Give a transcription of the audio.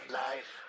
life